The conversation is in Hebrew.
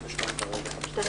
דעותיה,